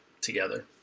together